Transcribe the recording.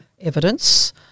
evidence